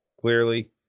clearly